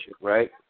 right